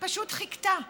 פשוט חיכתה.